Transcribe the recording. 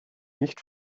nicht